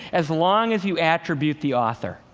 as long as you attribute the author.